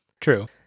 True